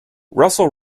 russell